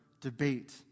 debate